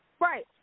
Right